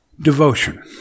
Devotion